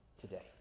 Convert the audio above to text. today